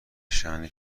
شأن